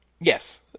Yes